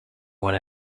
what